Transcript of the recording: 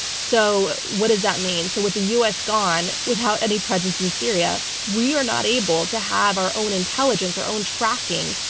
so what does that mean? so with the u. s. gone, without any presence in syria, we are not able to have our own intelligence, our own tracking,